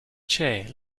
chair